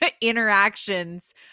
interactions